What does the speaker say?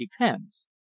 depends